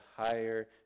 higher